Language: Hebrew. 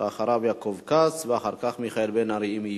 ואחריו, יעקב כץ, ואחר כך, מיכאל בן-ארי, אם יהיו.